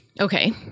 Okay